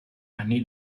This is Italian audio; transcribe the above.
anni